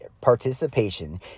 participation